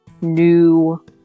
new